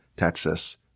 Texas